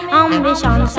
ambition